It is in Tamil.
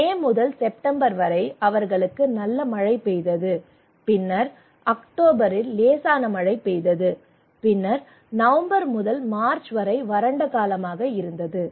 மே முதல் செப்டம்பர் வரை அவர்களுக்கு நல்ல மழை பெய்தது பின்னர் அக்டோபரில் லேசான மழை பெய்தது பின்னர் நவம்பர் முதல் மார்ச் வரை வறண்ட காலம் இருந்தது